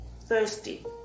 thirsty